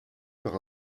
par